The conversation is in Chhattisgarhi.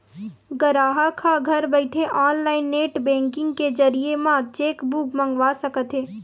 गराहक ह घर बइठे ऑनलाईन नेट बेंकिंग के जरिए म चेकबूक मंगवा सकत हे